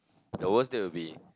the worst date would be